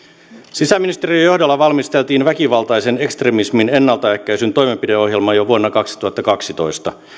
sisäministeriön johdolla valmisteltiin väkivaltaisen ekstremismin ennaltaehkäisyn toimenpideohjelma jo vuonna kaksituhattakaksitoista